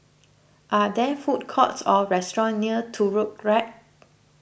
are there food courts or restaurants near Turut rack